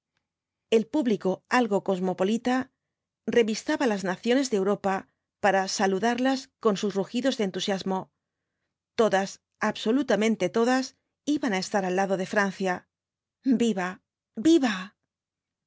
el público algo cosmopolita revistaba las naciones de europa para saludarlas con sus rugidos de entusiasmo todas absolutamente todas iban á estar al lado de francia viva viva un